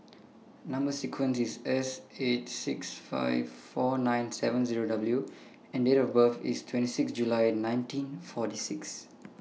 Number sequence IS S eight six five four nine seven Zero W and Date of birth IS twenty six July nineteen forty six